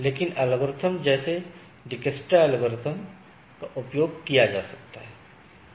लोकप्रिय एल्गोरिथ्म जैसे Dijkstra algorithm का उपयोग किया जा सकता है